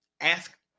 ask